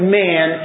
man